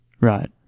right